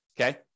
okay